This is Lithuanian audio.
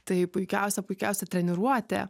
tai puikiausia puikiausia treniruotė